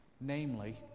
Namely